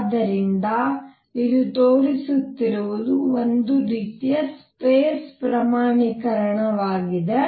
ಆದ್ದರಿಂದ ಇದು ತೋರಿಸುತ್ತಿರುವುದು ಒಂದು ರೀತಿಯ ಸ್ಪೇಸ್ ಪ್ರಮಾಣೀಕರಣವಾಗಿದೆ